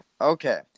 Okay